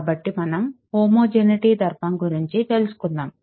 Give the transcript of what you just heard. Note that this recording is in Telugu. కాబట్టి మనం హోమోజీనిటీ ధర్మం గురించి తెలుసుకుందాము